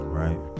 right